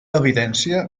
evidència